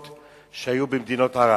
בבקשה,